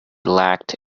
lacked